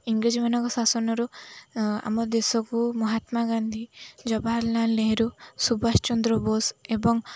ଇଂରେଜମାନଙ୍କ ଶାସନରୁ ଆମ ଦେଶକୁ ମହାତ୍ମା ଗାନ୍ଧୀ ଜବାହାରଲାଲ ନେହରୁ ସୁବାଷ ଚନ୍ଦ୍ର ବୋଷ ଏବଂ